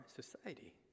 society